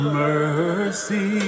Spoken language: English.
mercy